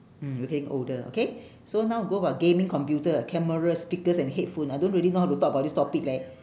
mm we're getting older okay so now go about gaming computer cameras speakers and headphone I don't really know how to talk about this topic leh